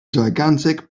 gigantic